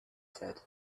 said